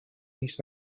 mis